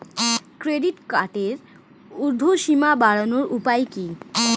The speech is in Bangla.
ক্রেডিট কার্ডের উর্ধ্বসীমা বাড়ানোর উপায় কি?